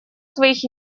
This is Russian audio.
своих